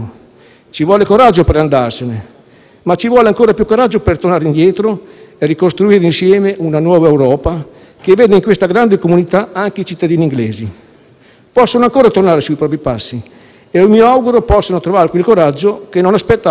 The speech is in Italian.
ma ci vuole ancora più coraggio per tornare indietro e ricostruire insieme una nuova Europa, che veda in questa grande comunità anche i cittadini inglesi. Possono ancora tornare sui propri passi e io mi auguro possano trovare quel coraggio che non aspetta altro di essere palesato.